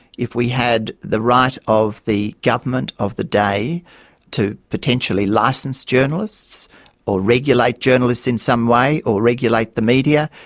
if we had the right of the government of the day to potentially license journalists or regulate journalists in some way or regulate the media,